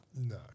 No